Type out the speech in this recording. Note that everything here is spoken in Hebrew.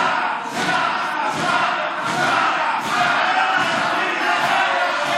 עושים להתיישבות הצעירה הרבה יותר מכל הממשלות שפה.